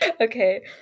okay